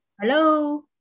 Hello